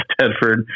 Tedford